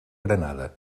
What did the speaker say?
granada